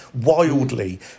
wildly